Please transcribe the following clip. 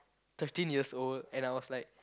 thirteen years old and I was like